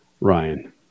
Ryan